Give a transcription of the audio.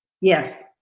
Yes